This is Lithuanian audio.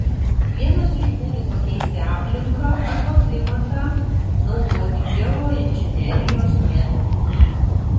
vienas iš būdų pakeisti aplinką arba klimatą naudoti geoinžinerijos metodus